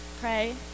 pray